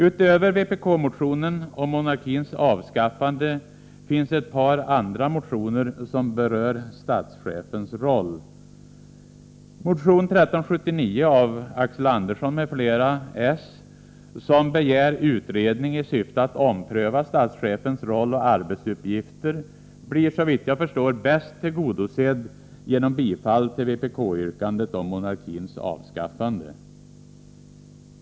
Utöver vpk-motionen om monarkins avskaffande har väckts ett par andra motioner som berör statschefens roll. Motion 1379 av Axel Andersson m.fl. , där det begärs en utredning som syftar till en omprövning av statschefens roll och arbetsuppgifter, blir såvitt jag förstår bäst tillgodosedd genom bifall till vpk-yrkandet om monarkins avskaffande.